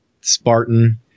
Spartan